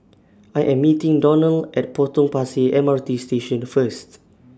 I Am meeting Donell At Potong Pasir M R T Station First